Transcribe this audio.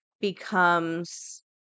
becomes